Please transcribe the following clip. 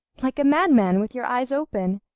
like a madman, with your eyes open?